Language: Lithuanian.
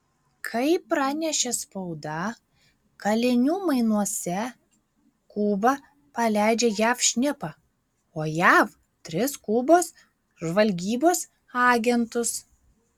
kaip pranešė spauda kalinių mainuose kuba paleidžia jav šnipą o jav tris kubos žvalgybos agentus